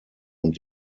und